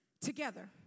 together